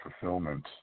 fulfillment